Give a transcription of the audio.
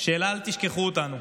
אל תשכחו אותנו.